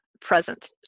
present